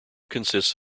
consist